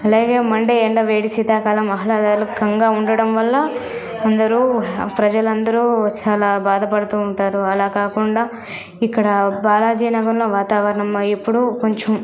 అలాగే మండే ఎండ వేడి శీతాకాలం ఆహ్లాదకరంగా ఉండడం వల్ల అందరూ ప్రజలందరు చాలా బాధ పడుతూ ఉంటారు అలాకాకుండా ఇక్కడ బాలాజీ నగరంలో వాతారణం ఎప్పుడూ కొంచెం